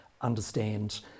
understand